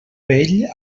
vell